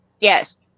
Yes